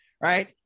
right